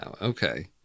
Okay